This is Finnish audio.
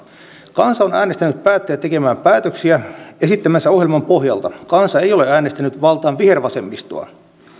kansa on äänestänyt päättäjät tekemään päätöksiä esittämänsä ohjelman pohjalta kansa ei ole äänestänyt valtaan vihervasemmistoa